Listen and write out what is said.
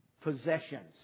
possessions